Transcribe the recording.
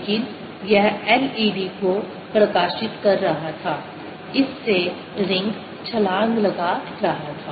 लेकिन यह LED को प्रकाशित कर रहा था इस से रिंग छलांग लगा रहा था